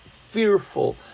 fearful